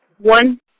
One